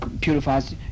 purifies